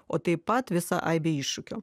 o taip pat visa aibė iššūkių